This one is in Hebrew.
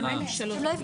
הם לא יפגעו בכם.